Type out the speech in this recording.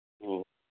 ꯑꯣ